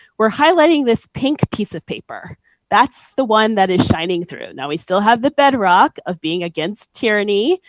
we are highlighting this pink piece of paper per that's the one that is shining through. yeah we still have the bedrock of being against tyranny.